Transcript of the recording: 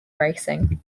racing